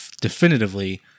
definitively